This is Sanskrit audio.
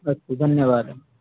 अस्तु धन्यवादः